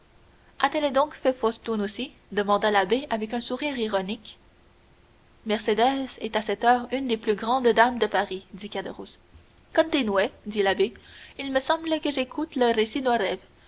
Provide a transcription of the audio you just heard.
a-t-elle donc fait fortune aussi demanda l'abbé avec un sourire ironique mercédès est à cette heure une des plus grandes dames de paris dit caderousse continuez dit l'abbé il me semble que j'écoute le récit d'un rêve